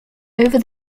over